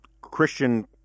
Christian